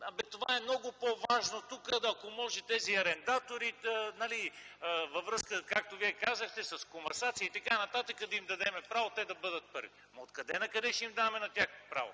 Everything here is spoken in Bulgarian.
това е много по-важно тук, ако може тези арендатори, както Вие казахте, във връзка с комасация и така нататък да им дадем право те да бъдат първи. Откъде накъде ще им даваме на тях право,